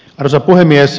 arvoisa puhemies